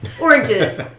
oranges